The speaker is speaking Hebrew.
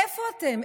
איפה אתן?